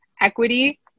equity